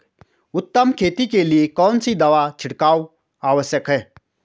उत्तम खेती के लिए कौन सी दवा का छिड़काव आवश्यक है?